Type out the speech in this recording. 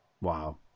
Wow